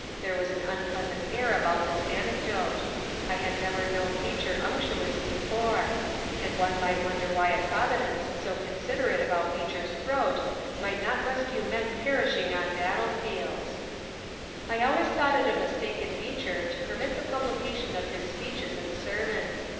there was an unpleasant air about this anecdote i had never known beecher unctuous before and one might wonder why a providence so considerate about beecher's throat might not rescue men perishing on battlefields i always thought it a mistake in beecher to permit the pub lication of his speeches and sermons.